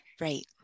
right